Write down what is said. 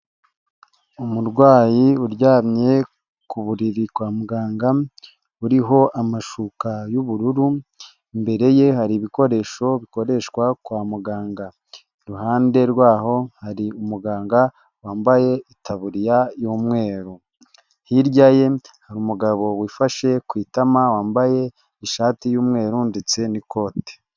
Umurwayi uryamye ku buriri kwa muganga uriho amashuka y'ubururu, imbere ye hari ibikoresho bikoreshwa kwa muganga, iruhande rwaho hari umuganga wambaye itaburiya y'umweru, hirya ye hari umugabo wifashe ku itama wambaye ishati y'umweru ndetse n'ikote.